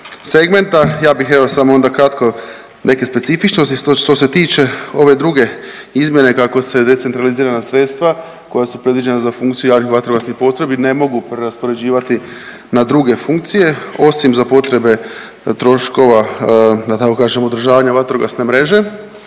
segmenta. Ja bih evo samo onda kratko neke specifičnosti. Što se tiče ove druge izmjene kako se decentralizirana sredstva koja su predviđena za funkciju javnih vatrogasnih postrojbi ne mogu preraspoređivati na druge funkcije osim za potrebe troškova da tako kažem održavanja vatrogasne mreže.